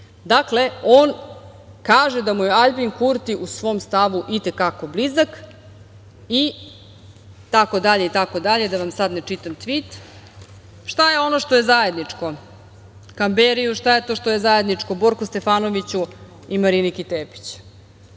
Dakle, on kaže da mu je Aljbin Kurti u svom stavu i te kako blizak i itd, itd, da vam sada ne čitam tvit. Šta je ono što je zajedničko Kamberiju, šta je to što je zajedničko Borku Stefanoviću i Mariniki Tepić,